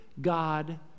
God